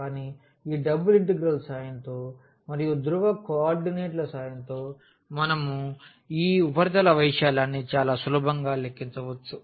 కానీ ఈ double integral సహాయంతో మరియు ధ్రువకోఆర్డినేట్ల సహాయంతో మనము ఈ ఉపరితల వైశాల్యాన్ని చాలా సులభంగా లెక్కించవచ్చు